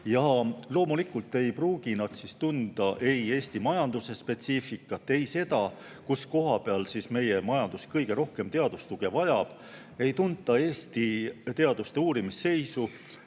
ja loomulikult ei pruugi nad tunda ei Eesti majanduse spetsiifikat, ei seda, kus koha peal meie majandus kõige rohkem teadustuge vajab, ei tunta Eesti teaduste uurimisseisu,